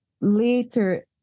later